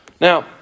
Now